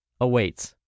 awaits